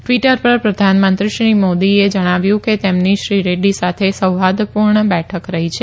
Twitter પર પ્રધાનમંત્રી શ્રી મોદીએ જણાવ્યું કે તેમની શ્રી રેડૃ સાથે સૌહાર્દપુણે બેઠક રહી છે